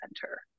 center